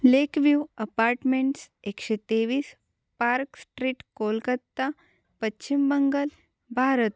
लेक view apartments एकशे तेवीस park street Kolkata Paschim Bangal Bharat